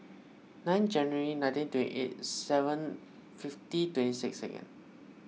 nine January nineteen twenty eight seven fifty twenty six second